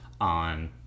on